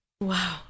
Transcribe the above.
Wow